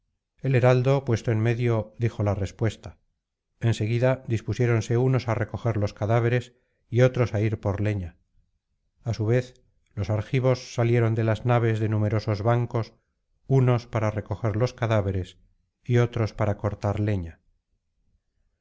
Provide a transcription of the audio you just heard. el heraldo puesto en medio dijo la respuesta en seguida dispusiéronse unos á recoger los cadáveres y otros á ir por leña a su vez los argivos salieron de las naves de numerosos bancos unos para recoger los cadáveres y otros para cortar leña